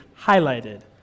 highlighted